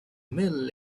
mill